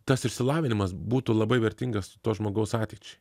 tas išsilavinimas būtų labai vertingas to žmogaus ateičiai